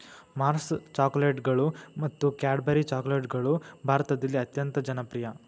Mars ಚಾಕೊಲೇಟ್ಗಳು ಮತ್ತು Cadbury ಚಾಕೊಲೇಟ್ಗಳು ಭಾರತದಲ್ಲಿ ಅತ್ಯಂತ ಜನಪ್ರಿಯ